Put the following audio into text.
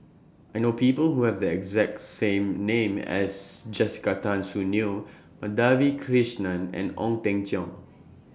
I know People Who Have The exact name as Jessica Tan Soon Neo Madhavi Krishnan and Ong Teng Cheong